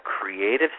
creative